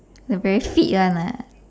the very fit [one] lah